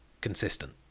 consistent